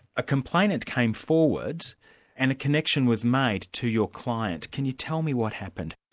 a complainant came forward and a connection was made to your client. can you tell me what happened?